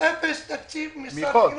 אפס תקציב ממשרד החינוך.